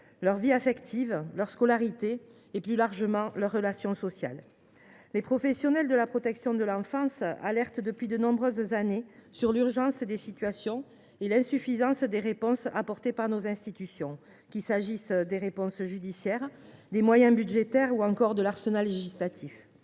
leur vie affective, à leur scolarité, mais aussi, plus largement, à leurs relations sociales. Les professionnels de la protection de l’enfance alertent depuis de nombreuses années sur l’urgence des situations et l’insuffisance des actions de nos institutions, qu’il s’agisse des réponses judiciaires, des moyens budgétaires ou encore de l’arsenal législatif.